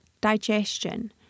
digestion